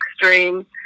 extreme